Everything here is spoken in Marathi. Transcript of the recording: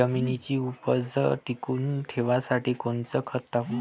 जमिनीची उपज टिकून ठेवासाठी कोनचं खत टाकू?